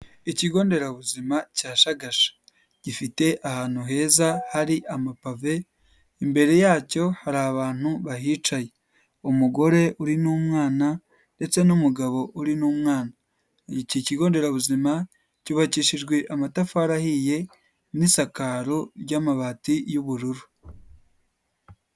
Ikigo nderabuzima cya Shagasha gifite ahantu heza hari amapave. Imbere yacyo hari abantu bahicaye, umugore uri n'umwana ndetse n'umugabo uri n'umwana. Iki kigo nderabuzima cyubakishijwe amatafari ahiye n'isakaro ry'amabati y'ubururu.